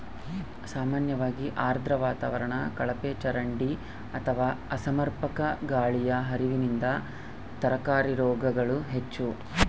ಸಾಮಾನ್ಯವಾಗಿ ಆರ್ದ್ರ ವಾತಾವರಣ ಕಳಪೆಒಳಚರಂಡಿ ಅಥವಾ ಅಸಮರ್ಪಕ ಗಾಳಿಯ ಹರಿವಿನಿಂದ ತರಕಾರಿ ರೋಗಗಳು ಹೆಚ್ಚು